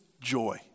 joy